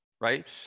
right